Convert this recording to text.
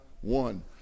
one